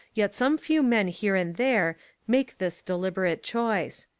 yet some few men here and there make this deliberate choice.